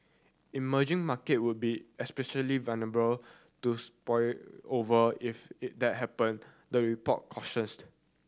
emerging market would be especially vulnerable to spillover if is that happen the report